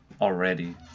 already